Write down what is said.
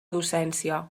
docència